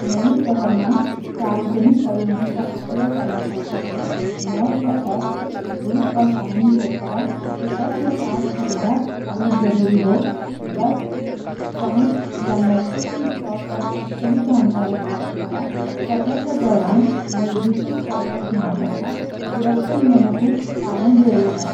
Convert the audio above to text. नए शहर में सार्वजनिक परिवहन का उपयोग करन का खातिर: मैप या ऐप से रूट और टाइमिंग चेक करा। टिकट या पास खरीदा, अगर जरूरी हो। बस, ट्राम या मेट्रो की स्टॉप पर सही जानकारी प्राप्त करा। सफर के दौरान नज़दीकी स्टॉप्स पर ध्यान रखा। सुरक्षा नियमों का पालन जरूर करा।